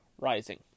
Rising